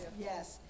Yes